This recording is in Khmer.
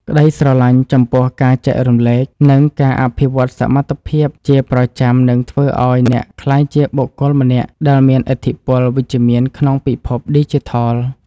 ក្តីស្រឡាញ់ចំពោះការចែករំលែក និងការអភិវឌ្ឍសមត្ថភាពជាប្រចាំនឹងធ្វើឱ្យអ្នកក្លាយជាបុគ្គលម្នាក់ដែលមានឥទ្ធិពលវិជ្ជមានក្នុងពិភពឌីជីថល។